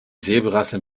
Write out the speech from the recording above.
säbelrasseln